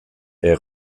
est